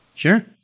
Sure